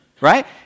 Right